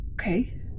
Okay